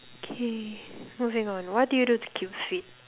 okay moving on what do you do to keep fit